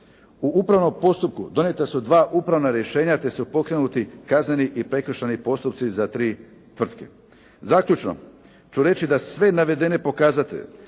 U upravnom postupku donijeta su dva upravna rješenja te su pokrenuti kazneni i prekršajni postupci za tri tvrtke. Zaključno ću reći da sve navedene pokazatelje